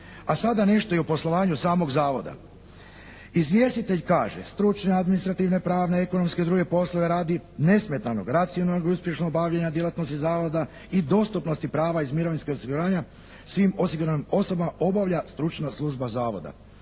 A sada nešto i o poslovanju samog Zavoda. Izvjestitelj kaže: «Stručne, administrativne, pravne, ekonomske i druge poslove radi nesmetanog, racionalnog, uspješnog obavljanja djelatnosti Zavoda i dostupnosti prava iz mirovinskog osiguranja svim osiguranim osobama obavlja stručna služba Zavoda.»